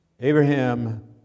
Abraham